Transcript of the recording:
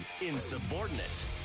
insubordinate